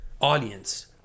audience